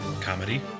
comedy